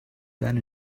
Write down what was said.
ben